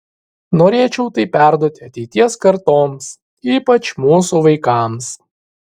norėčiau tai perduoti ateities kartoms ypač mūsų vaikams